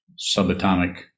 subatomic